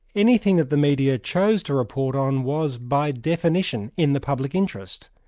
anything that the media chose to report on was, by definition, in the public interest,